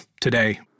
today